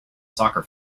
soccer